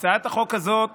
הצעת החוק הזאת